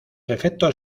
efectos